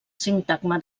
sintagma